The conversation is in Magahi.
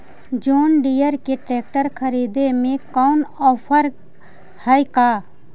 जोन डियर के ट्रेकटर खरिदे में कोई औफर है का?